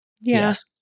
yes